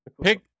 pick